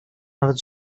nawet